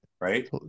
Right